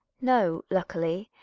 no, luckily.